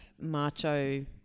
macho